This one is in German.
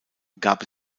gab